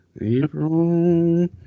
April